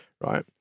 right